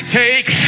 take